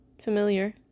Familiar